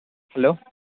hello